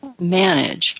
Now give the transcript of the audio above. manage